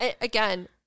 Again